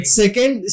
second